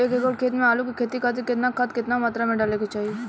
एक एकड़ खेत मे आलू के खेती खातिर केतना खाद केतना मात्रा मे डाले के चाही?